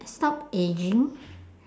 stop aging